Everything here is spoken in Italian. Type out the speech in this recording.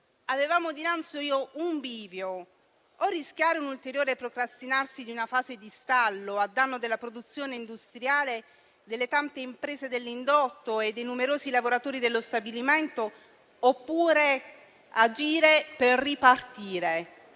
Avevamo dinanzi un bivio: o rischiare un ulteriore procrastinarsi di una fase di stallo a danno della produzione industriale, delle tante imprese dell'indotto e dei numerosi lavoratori dello stabilimento, oppure agire per ripartire.